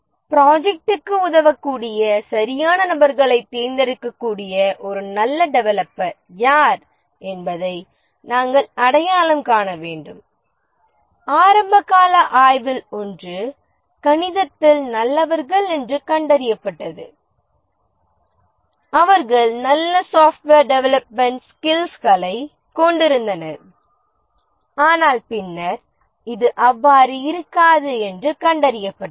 ப்ரொஜெக்ட்டுக்கு உதவக்கூடிய சரியான நபர்களைத் தேர்ந்தெடுக்கக்கூடிய ஒரு நல்ல டெவலப்பர் யார் என்பதை நாங்கள் அடையாளம் காண வேண்டும் ஆரம்பகால ஆய்வில் ஒன்று கணிதத்தில் நல்லவர்கள் என்று கண்டறியப்பட்டது அவர்கள் நல்ல சாப்ட்வேர் டெவெலப்மென்ட் ஸ்கீல்ஸ்களைக் கொண்டிருந்தனர் ஆனால் பின்னர் இது அவ்வாறு இருக்காது என்று கண்டறியப்பட்டது